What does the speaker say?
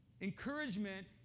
Encouragement